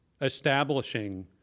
establishing